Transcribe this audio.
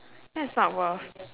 that's not worth